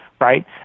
right